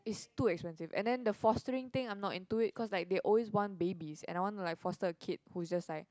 it's too expensive and then the fostering thing I'm not in do it cause they always want babies and I want to like foster a kid who is just like